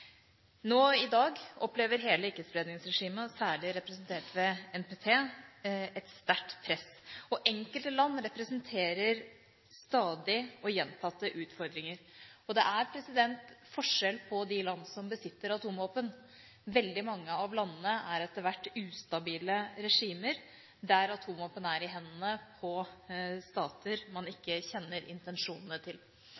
I dag opplever hele ikke-spredningsregimet, særlig representert ved NPT, et sterkt press. Enkelte land representerer stadige og gjentatte utfordringer. Det er forskjell på de landene som besitter atomvåpen. Veldig mange av landene har etter hvert blitt ustabile regimer, der atomvåpen er i hendene på stater man